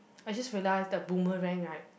I just realise the Boomerang right